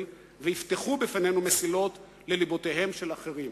ויפתחו לפנינו מסילות לליבותיהם של אחרים.